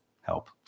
help